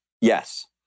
Yes